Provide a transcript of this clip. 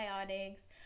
antibiotics